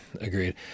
agreed